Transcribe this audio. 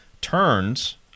turns